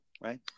right